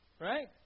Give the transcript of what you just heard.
right